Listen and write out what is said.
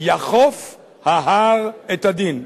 יכוף ההר את הדין.